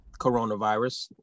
coronavirus